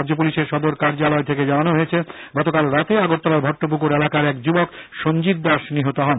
রাজ্য পুলিশের সদর কার্যালয় থেকে জানানো হয়েছে গতকাল রাতে আগরতলার ভট্টপুকুর এলাকার এক যুবক সঞ্জিত দাস নিহত হন